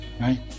Right